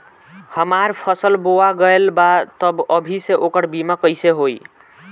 हमार फसल बोवा गएल बा तब अभी से ओकर बीमा कइसे होई?